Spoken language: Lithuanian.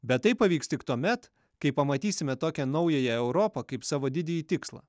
bet tai pavyks tik tuomet kai pamatysime tokią naująją europą kaip savo didįjį tikslą